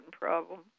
problem